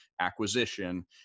acquisition